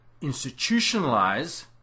institutionalize